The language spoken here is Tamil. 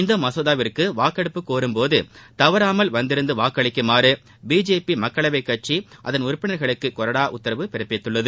இந்த மசோதாவிற்கு வாக்கெடுப்பு கோரும் போது தவறாமல் வந்திருந்து வாக்களிக்குமாறு பிஜேபி மக்களவை கட்சி அதன் உறுப்பினர்களுக்கு கொறடா உத்தரவு பிறப்பித்துள்ளது